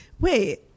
Wait